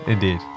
Indeed